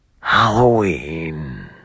Halloween